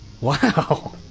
Wow